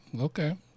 Okay